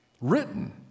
Written